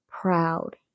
proud